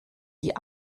die